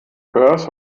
perth